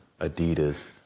Adidas